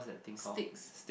sticks